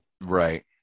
right